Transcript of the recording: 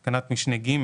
בתקנת משנה (ג),